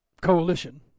Coalition